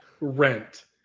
Rent